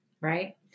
right